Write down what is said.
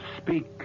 speak